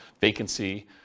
vacancy